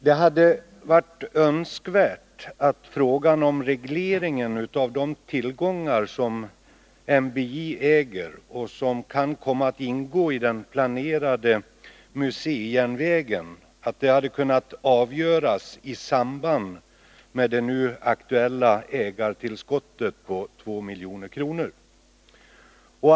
Det hade varit önskvärt att frågan om regleringen av de tillgångar som NBJ äger och som kan komma att ingå i den planerade museijärnvägen hade kunnat avgöras i samband med det nu aktuella ägartillskottet på 2 milj.kr.